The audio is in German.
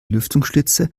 lüftungsschlitze